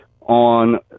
on